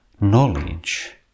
knowledge